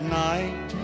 night